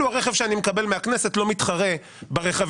הרכב שאני מקבל מהכנסת לא מתחרה בהם.